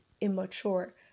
immature